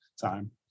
time